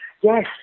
Yes